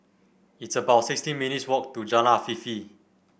it's about sixteen minutes walk to Jalan Afifi